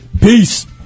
Peace